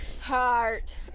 Heart